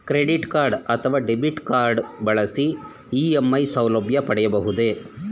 Credit card ಅಥವಾ debit card ಬಳಸಿ EMI ಸೌಲಭ್ಯ ಪಡೆಯಬಹುದೇ?